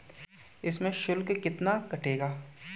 इसमें शुल्क कितना कटेगा?